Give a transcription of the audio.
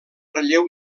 relleu